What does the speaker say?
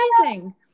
amazing